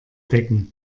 decken